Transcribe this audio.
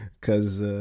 cause